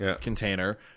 container